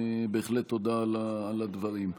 ובהחלט תודה על הדברים.